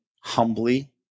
humbly